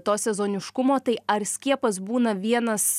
to sezoniškumo tai ar skiepas būna vienas